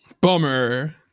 Bummer